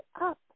up